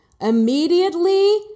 immediately